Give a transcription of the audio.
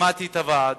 שמעתי את הוועד.